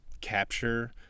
capture